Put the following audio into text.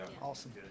awesome